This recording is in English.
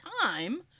time